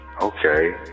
okay